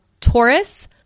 Taurus